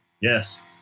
Yes